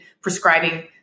prescribing